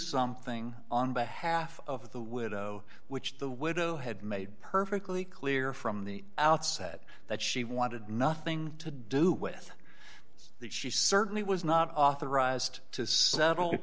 something on behalf of the widow which the widow had made perfectly clear from the outset that she wanted nothing to do with that she certainly was not authorized to settle